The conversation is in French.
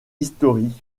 historiques